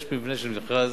יש מבנה של מכרז,